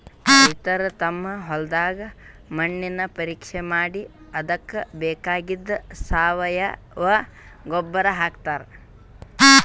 ರೈತರ್ ತಮ್ ಹೊಲದ್ದ್ ಮಣ್ಣಿನ್ ಪರೀಕ್ಷೆ ಮಾಡಿ ಅದಕ್ಕ್ ಬೇಕಾಗಿದ್ದ್ ಸಾವಯವ ಗೊಬ್ಬರ್ ಹಾಕ್ತಾರ್